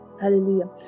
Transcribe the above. Hallelujah